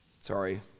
Sorry